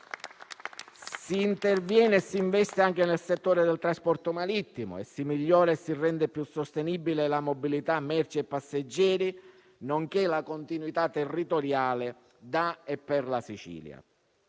Si interviene e si investe anche nel settore del trasporto marittimo e si migliora e si rende più sostenibile la mobilità di merci e passeggeri, nonché la continuità territoriale da e per la Sicilia.